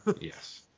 Yes